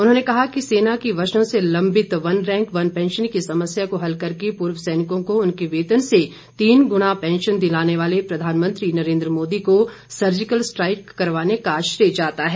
उन्होंने कहा कि सेना की वर्षो से लम्बित वन रैंक वन पैंशन की समस्या को हल करके पूर्व सैनिकों को उनके वेतन से तीन गुना पैंशन दिलाने वाले प्रधानमंत्री नरेन्द्र मोदी को सर्जिकल स्ट्राईक करवाने का श्रेय जाता है